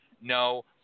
No